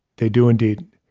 they do, indeed.